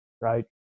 right